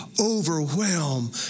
overwhelm